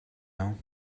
know